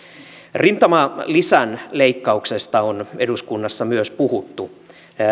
rintamalisän leikkauksesta on eduskunnassa puhuttu